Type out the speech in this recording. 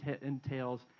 entails